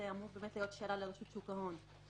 זו אמורה באמת להיות שאלה לרשות שוק ההון.